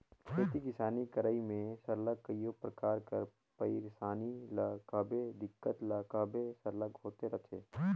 खेती किसानी करई में सरलग कइयो परकार कर पइरसानी ल कहबे दिक्कत ल कहबे सरलग होते रहथे